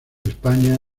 españa